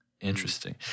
Interesting